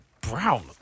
brown